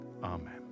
Amen